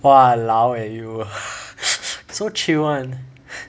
!walao! eh you so chill [one]